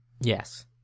Yes